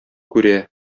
күрә